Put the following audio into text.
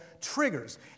triggers